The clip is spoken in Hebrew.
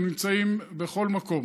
הם נמצאים בכל מקום.